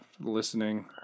listening